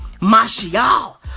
Martial